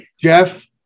Jeff